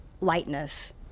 lightness